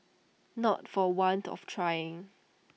not for want of trying